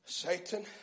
Satan